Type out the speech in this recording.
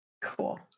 Cool